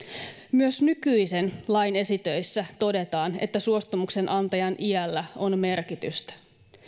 myös nykyisen lain esitöissä todetaan että suostumuksen antajan iällä on merkitystä